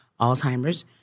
Alzheimer's